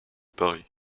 paris